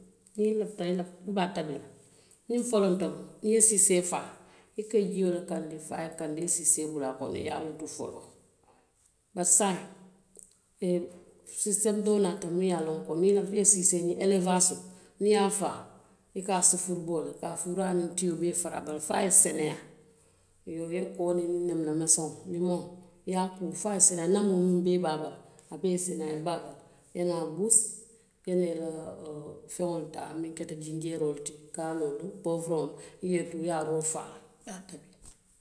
Niŋ i lafita lafifubaa tabilaa, niŋ folonto mu, niŋ i ye siisee faa, i ka jio le kandi fo a ye kandi i ye siisee bula a konoi ye a batu foloo. Bari saayiŋ, he sisiteemu doo naata mu ye a loŋ ko, niŋ i lafita siisee ñiŋ elewaasoo niŋ ye a faa i ka suufaa boo le, ka a fuuraa niŋ tio bee fara a bala fo a ye seneyaa, i ye koo niŋ neemuna fenseŋo, limooŋo, i ye a koo fo ye seneyaa nanoo muŋ be a bala a bee ye seneyaa. I naa buusii, i ye naa ila feŋolu taa jinjaroolu ti, kaanoolu, pobaroolu taa i ye a tuu i ye a rofa a la.